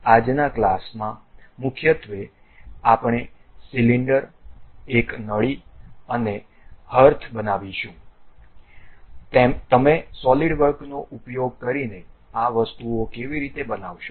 આજના ક્લાસમાં મુખ્યત્વે આપણે સિલિન્ડર એક નળી અને હર્થ બનાવીશું તમે સોલિડવર્કનો ઉપયોગ કરીને આ વસ્તુઓ કેવી રીતે બનાવશો